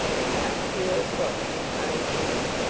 and cut clear across his own hand,